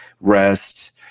rest